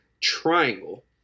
triangle